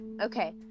okay